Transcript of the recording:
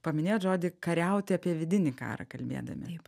paminėjot žodį kariauti apie vidinį karą kalbėdami